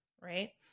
Right